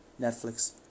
Netflix